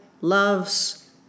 loves